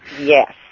Yes